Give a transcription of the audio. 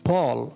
Paul